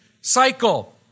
cycle